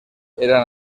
eran